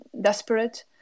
desperate